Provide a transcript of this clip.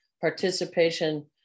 participation